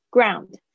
Ground